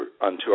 unto